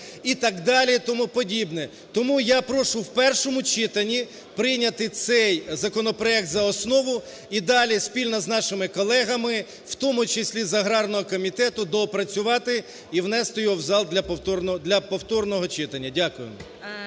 і так далі, і тому подібне. Тому я прошу в першому читанні прийняти цей законопроект за основу і далі спільно з нашими колегами, в тому числі з аграрного комітету, доопрацювати і внести його в зал для повторного читання. Дякую.